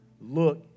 look